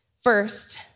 First